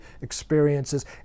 experiences